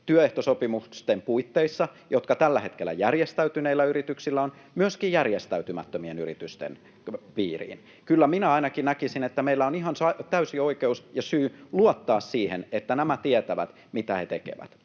sopimisen mahdollisuudet, jotka tällä hetkellä järjestäytyneillä yrityksillä on, myöskin järjestäytymättömien yritysten piiriin. Kyllä minä ainakin näkisin, että meillä on ihan täysi oikeus ja syy luottaa siihen, että nämä tietävät, mitä ne tekevät.